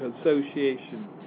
Association